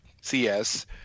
CS